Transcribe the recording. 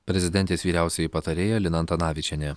prezidentės vyriausioji patarėja lina antanavičienė